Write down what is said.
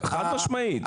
חד משמעית.